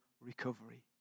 recovery